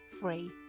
free